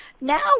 Now